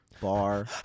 bar